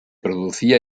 producía